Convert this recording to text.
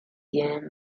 tienen